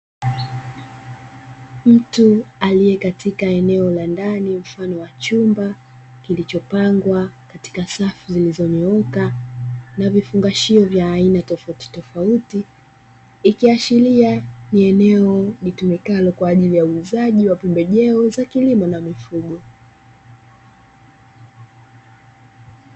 Mtu aliye katika eneo la ndani mfano wa chumba, kilichopangwa katika safu zilizonyooka na vifungashio vya aina tofauti tofauti, ikiashiria ni eneo linalotumikalo kwa ajili ya huuzaji wa pembejeo za kilimo na mifugo.